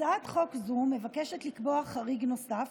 הצעת חוק זו מבקשת לקבוע חריג נוסף,